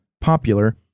popular